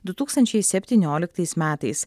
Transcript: du tūkstančiai septynioliktais metais